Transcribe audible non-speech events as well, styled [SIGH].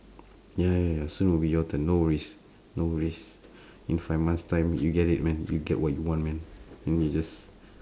ya ya ya soon will be your turn no worries no worries [BREATH] in five months time you get it man you get what you want man then you just